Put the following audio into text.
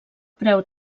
preu